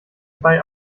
bei